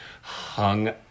hung